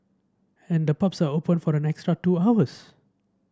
and the pubs are open for an extra two hours